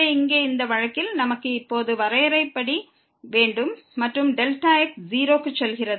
எனவே இங்கே இந்த வழக்கில் நமக்கு இப்போது வரையறை படி வேண்டும் மற்றும் Δx 0 க்கு செல்கிறது